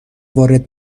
وارد